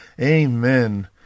Amen